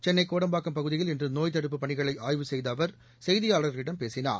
சென்னை கோடம்பாக்கம் பகுதியில் இன்று நோய் தடுப்புப் பணிகளை ஆய்வு செய்த அவர் செய்தியாளர்களிடம் பேசினார்